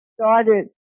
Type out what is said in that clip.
started